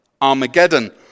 Armageddon